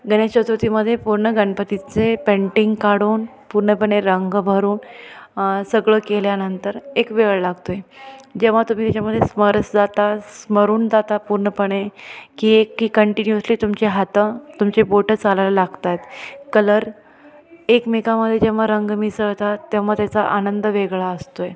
गणेशचतुर्थीमध्ये पूर्ण गणपतीचे पेंटिंग काढून पूर्णपणे रंग भरून सगळं केल्यानंतर एक वेळ लागतो आहे जेव्हा तुम्ही त्याच्यामध्ये समरस जाता स्मरून जाता पूर्णपणे की एक की कंटिन्यूअसली तुमचे हात तुमचे बोटं चालायला लागत आहेत कलर एकमेकांमध्ये जेव्हा रंग मिसळतात तेव्हा त्याचा आनंद वेगळा असतो आहे